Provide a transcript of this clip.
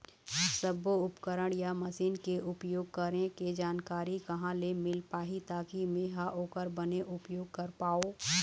सब्बो उपकरण या मशीन के उपयोग करें के जानकारी कहा ले मील पाही ताकि मे हा ओकर बने उपयोग कर पाओ?